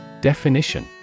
Definition